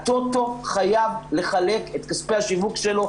הטוטו חייב לחלק את כספי השיווק שלו,